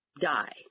die